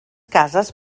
cases